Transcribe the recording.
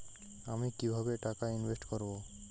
আমি কিভাবে টাকা ইনভেস্ট করব?